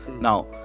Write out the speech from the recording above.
now